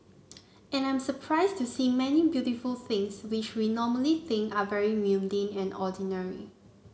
and I'm surprised to see many beautiful things which we normally think are very mundane and ordinary